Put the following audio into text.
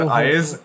eyes